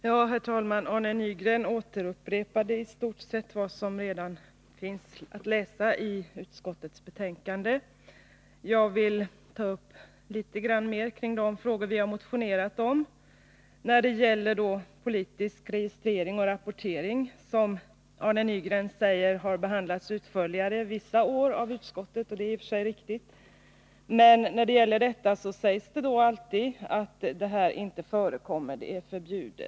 Herr talman! Arne Nygren återupprepade i stort sett vad som redan finns att läsa i utskottets betänkande. Jag vill ta upp litet mer kring de frågor vi har motionerat om. Frågorna om politisk registrering och rapportering har, säger Arne 145 Nr 149 Nygren, behandlats utförligare av utskottet vissa år. Det är i och för sig Onsdagen den riktigt. Men det sägs alltid att detta inte förekommer, att det är förbjudet.